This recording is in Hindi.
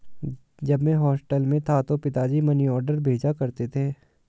जब मैं हॉस्टल में था तो पिताजी मनीऑर्डर भेजा करते थे